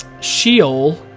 Sheol